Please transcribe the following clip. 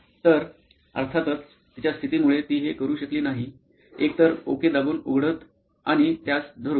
तर अर्थातच तिच्या स्थितीमुळे ती हे करू शकली नाही एकतर "ओके दाबून" उघडत आणि त्यास धरून